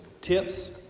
tips